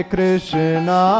Krishna